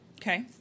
Okay